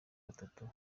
batatu